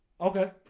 Okay